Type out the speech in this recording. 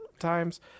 times